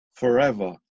forever